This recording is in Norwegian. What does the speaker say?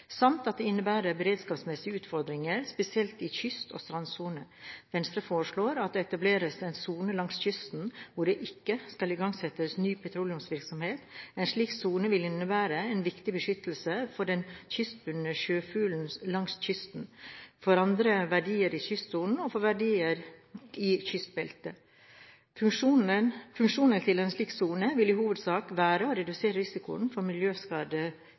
samt at det innebærer beredskapsmessige utfordringer, spesielt i kyst- og strandsonen. Venstre foreslår at det etableres en sone langs kysten hvor det ikke skal igangsettes ny petroleumsvirksomhet. En slik sone vil innebære en viktig beskyttelse for de kystbundne sjøfuglene langs kysten, for andre verdier i kystsonen og for verdier i kystbeltet. Funksjonen til en slik sone vil i hovedsak være å redusere risikoen for